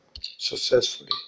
Successfully